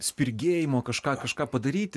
spirgėjimo kažką kažką padaryti